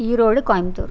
Erode Coimbatore